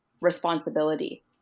responsibility